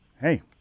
Hey